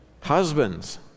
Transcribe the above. Husbands